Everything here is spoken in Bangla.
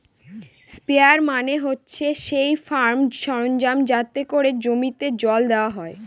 স্প্রেয়ার মানে হচ্ছে সেই ফার্ম সরঞ্জাম যাতে করে জমিতে জল দেওয়া হয়